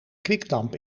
kwikdamp